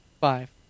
five